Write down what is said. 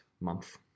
month